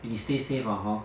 eh 你 stay safe lah hor